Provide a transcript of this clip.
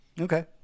Okay